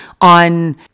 on